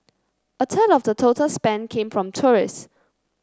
a third of the total spend came from tourists